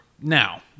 now